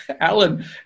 Alan